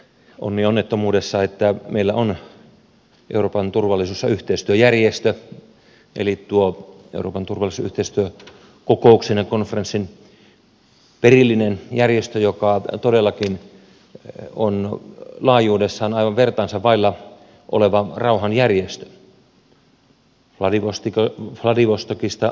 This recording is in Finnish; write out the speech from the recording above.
onni onnettomuudessa että meillä on euroopan turvallisuus ja yhteistyöjärjestö eli tuo euroopan turvallisuus ja yhteistyökokouksen ja konferenssin perillinen järjestö joka todellakin on laajuudessaan aivan vertaansa vailla oleva rauhanjärjestö vladivostokista vancouveriin